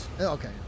Okay